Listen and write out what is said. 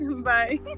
bye